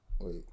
Wait